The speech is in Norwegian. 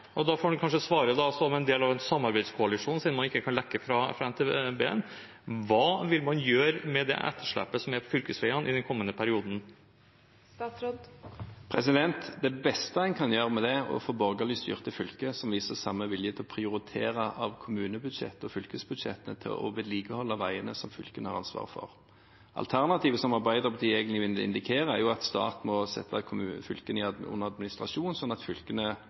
og da får han kanskje svare som en del av en samarbeidskoalisjon, selv om han ikke kan lekke fra NTP: Hva vil man gjøre med det etterslepet som er på fylkesveiene, i den kommende perioden? Det beste en kan gjøre med det, er å få borgerlig styrte fylker som viser samme vilje til å prioritere av kommunebudsjettene og fylkesbudsjettene til å vedlikeholde veiene som fylkene har ansvaret for. Alternativet, som Arbeiderpartiet egentlig indikerer, er at staten må sette fylkene under administrasjon, slik at fylkene